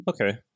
okay